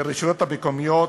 מהרשויות המקומיות,